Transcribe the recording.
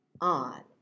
on